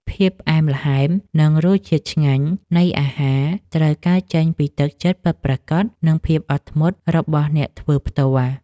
ភាពផ្អែមល្ហែម និងរសជាតិឆ្ងាញ់នៃអាហារត្រូវកើតចេញពីទឹកចិត្តពិតប្រាកដ និងភាពអត់ធ្មត់របស់អ្នកធ្វើផ្ទាល់។